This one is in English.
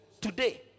Today